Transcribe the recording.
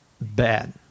bad